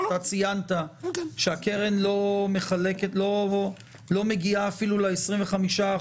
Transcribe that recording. אתה ציינת שהקרן לא מגיעה אפילו ל-25%.